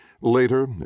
Later